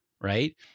right